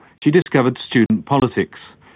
she discovered student politics.